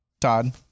Todd